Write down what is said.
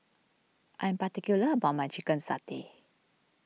I am particular about my Chicken Satay